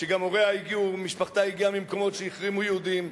שגם הוריה ומשפחתה הגיעו ממקומות שבהם החרימו יהודים,